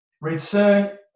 return